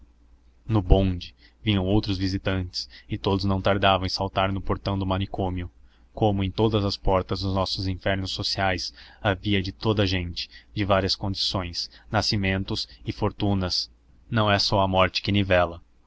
no bonde vinham outros visitantes e todos não tardaram em saltar no portão do manicômio como em todas as portas dos nossos infernos sociais havia de toda a gente de várias condições nascimentos e fortunas não é só a morte que nivela